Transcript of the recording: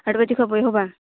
ᱟᱸᱴ ᱵᱟᱡᱮ ᱠᱷᱚᱱ ᱵᱚ ᱮᱦᱚᱵᱟ